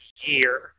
year